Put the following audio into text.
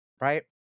right